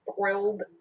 thrilled